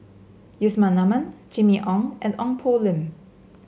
Yusman Aman Jimmy Ong and Ong Poh Lim